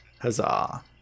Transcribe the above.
Huzzah